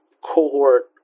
cohort